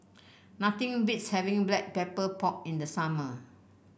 nothing beats having Black Pepper Pork in the summer